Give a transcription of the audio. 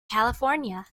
california